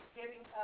giving